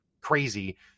crazy